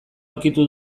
aurkitu